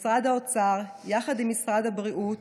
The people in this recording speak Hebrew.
של משרד האוצר יחד עם משרד הבריאות,